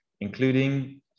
including